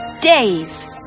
days